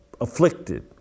afflicted